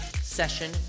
session